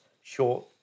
short